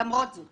למרות זאת